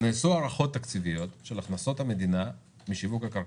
נעשו הערכות תקציביות של הכנסות המדינה משיווק הקרקעות.